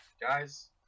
Guys